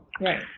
Right